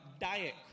diet